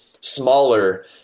smaller